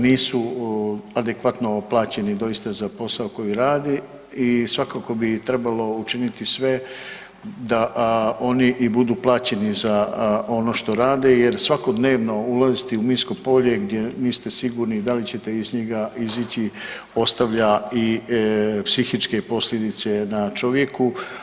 Nisu adekvatno plaćeni doista za posao koji rade i svakako bi trebalo učiniti sve da oni budu plaćeni za ono što rade jer svakodnevno ulaziti u minsko polje gdje niste sigurni da li ćete iz njega izići ostavlja i psihičke posljedice na čovjeku.